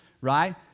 right